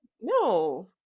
No